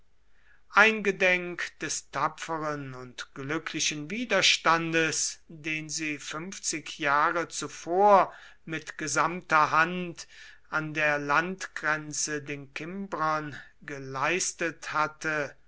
eingedenk des tapferen und glücklichen widerstandes den sie fünfzig jahre zuvor mit gesamter hand an der landgrenze den kimbrern geleistet hatte